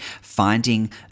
finding